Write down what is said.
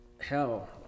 hell